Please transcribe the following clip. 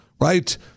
right